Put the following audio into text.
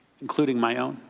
including my own.